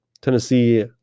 Tennessee